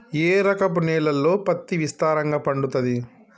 ఏ రకపు నేలల్లో పత్తి విస్తారంగా పండుతది?